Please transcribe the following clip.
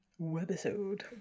Webisode